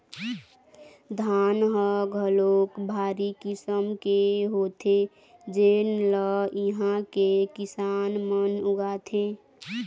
धान ह घलोक भारी किसम के होथे जेन ल इहां के किसान मन उगाथे